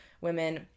women